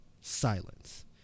silence